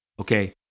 Okay